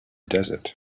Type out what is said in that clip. desert